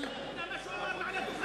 זה מה שהוא אמר מעל הדוכן.